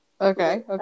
Okay